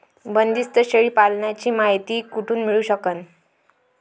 बंदीस्त शेळी पालनाची मायती कुठून मिळू सकन?